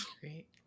great